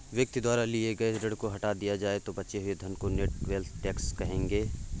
व्यक्ति द्वारा लिए गए ऋण को हटा दिया जाए तो बचे हुए धन को नेट वेल्थ टैक्स कहेंगे